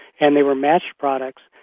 and they were matched products,